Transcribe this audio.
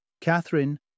Catherine